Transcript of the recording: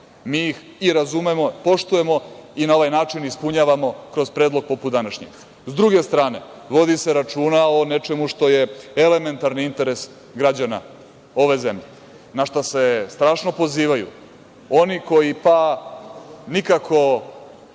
Mi ih razumemo i poštujemo i na ovaj način ispunjavamo kroz predlog poput današnjeg.S druge strane, vodi se računa o nečemu što je elementarni interes građana ove zemlje na šta se strašno pozivaju oni koji nikako